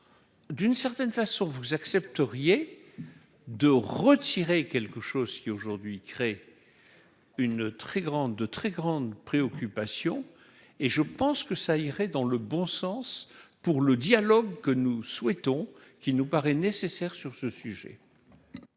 d'une certaine façon, vous accepteriez de retirer quelque chose si aujourd'hui crée une très grande de très grande préoccupation et je pense que ça irait dans le bon sens pour le dialogue que nous souhaitons qu'il nous paraît nécessaire sur ce sujet.